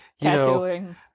Tattooing